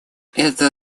это